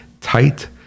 tight